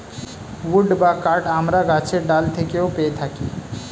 would বা কাঠ আমরা গাছের ডাল থেকেও পেয়ে থাকি